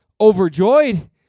overjoyed